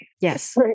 yes